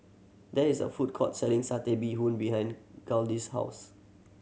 there is a food court selling Satay Bee Hoon behind Gladys' house